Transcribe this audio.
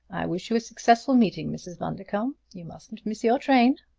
i wish you a successful meeting, mrs. bundercombe. you mustn't miss your train!